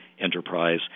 enterprise